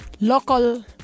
local